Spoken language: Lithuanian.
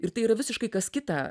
ir tai yra visiškai kas kita